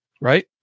right